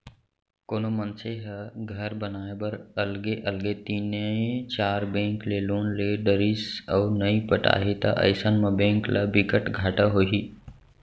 कोनो मनसे ह घर बनाए बर अलगे अलगे तीनए चार बेंक ले लोन ले डरिस अउ नइ पटाही त अइसन म बेंक ल बिकट घाटा होही